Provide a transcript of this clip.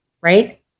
right